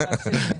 לפיד.